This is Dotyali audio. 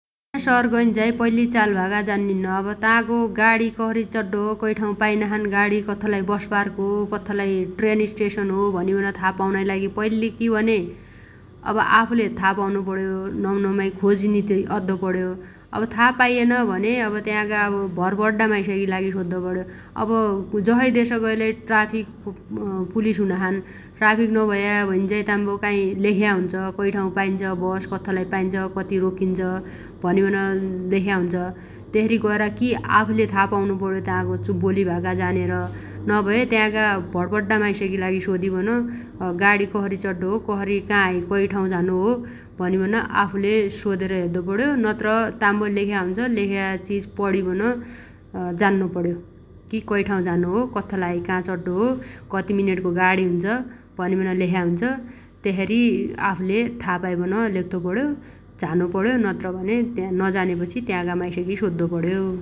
शहर गैन्झाइ पैल्ली चाल भाका जान्निन्न । अब तागो गाडि कसरी चड्डो हो कै ठाउ पाइनाछन् गाणी कथ्थलाइ बसपार्क हो कथ्थलाइ ट्रेन स्टेशन हो भनिबन था पाउनाइ लागि पैल्लि कि भने अब आफुले था पाउनु पण्यो । नम्ननमाइ खोजनिती अद्दो पण्यो । अब था पाइएन भने अब त्यागा अब भरपड्डा माइसगी लागि सोद्दो पण्यो । अब जसइ देश गएलै ट्राफिक पुलिस हुनाछन् । ट्राफिक नभया भैन्झाइ ताम्बो काइ लेख्या हुन्छ कै ठाउ पाइन्छ बस कथ्थलाइ पाइन्छ कति रोक्किन्छ भनिबन लेख्या हुन्छ । तेसरी गएर कि आफुले था पाउनु पण्यो तागो बोली भाका जानेर । नभए त्यागा भणपड्डा माइसगी लागि सोदिबन गाणी कसरी चड्डो हो कसरी काहै कै ठाउ झानो हो भनिबन आफुले सोदेर हेद्दोपण्यो नत्र ताम्बो लेख्या हुन्छ । लेख्या चिज पणिबन जान्नो पण्यो कि कै ठाउ झानो हो कथ्थलाहै का चड्डो हो कति मिनेटगो गाणी हुन्छ भनिबन लेख्या हुन्छ । त्यसरी आफुले था पाइबन लेख्तो पण्यो झानो पण्यो नत्रभने त्या नजानेपछि तागा माइसगी सोद्दो पण्यो ।